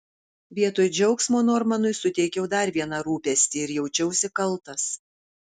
vietoj džiaugsmo normanui suteikiau dar vieną rūpestį ir jaučiausi kaltas